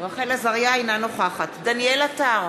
אינה נוכחת דניאל עטר,